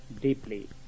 deeply